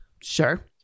Sure